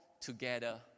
together